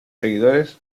seguidores